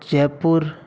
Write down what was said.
Jaipur